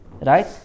Right